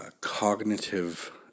cognitive